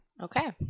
Okay